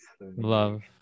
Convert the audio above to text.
love